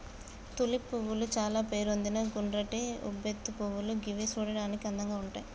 tulip పువ్వులు చాల పేరొందిన గుండ్రటి ఉబ్బెత్తు పువ్వులు గివి చూడడానికి అందంగా ఉంటయ్